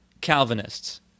Calvinists